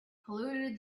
polluted